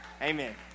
amen